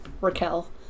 Raquel